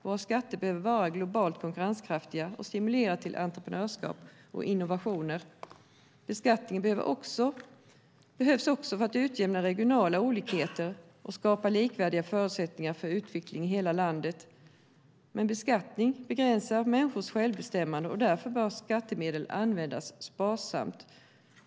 Våra skatter behöver vara globalt konkurrenskraftiga och stimulera till entreprenörskap och innovationer. Beskattningen behövs också för att utjämna regionala olikheter och skapa likvärdiga förutsättningar för utveckling i hela landet. Beskattning begränsar dock människors självbestämmande, och därför bör skattemedel användas sparsamt.